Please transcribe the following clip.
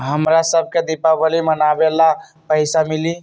हमरा शव के दिवाली मनावेला पैसा मिली?